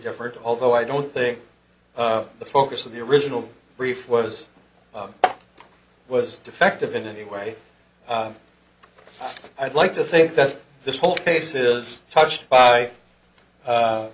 different although i don't think the focus of the original brief was was defective in any way i'd like to think that this whole case is touched by